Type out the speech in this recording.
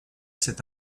cet